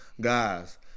guys